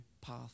path